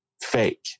fake